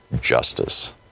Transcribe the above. justice